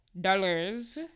Dollars